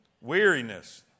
Weariness